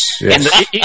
Yes